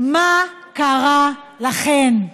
מה קרה לכן?